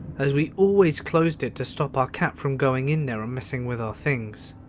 as we always closed it to stop our cat from going in there and messing with our things.